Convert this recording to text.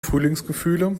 frühlingsgefühle